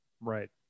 Right